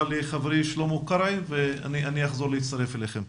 לחברי שלמה קרעי ואני אחזור להצטרף אליכם.